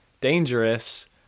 dangerous